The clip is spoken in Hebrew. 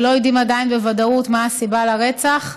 ולא יודעים עדיין בוודאות מה הסיבה לרצח,